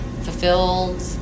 fulfilled